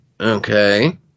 okay